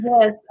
Yes